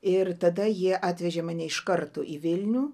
ir tada jie atvežė mane iš karto į vilnių